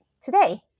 today